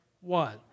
one